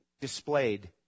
displayed